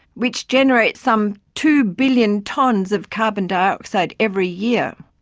which generates some two billion tonnes of carbon dioxide every year.